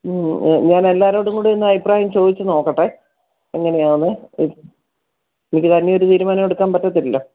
ഞാനെല്ലാവരോടും കൂടിയൊന്ന് അഭിപ്രായം ചോദിച്ച് നോക്കട്ടെ എങ്ങനെയാണെന്ന് ശരി എനിക്ക് തന്നെയൊരു തീരുമാനം എടുക്കാൻ പറ്റത്തില്ലല്ലോ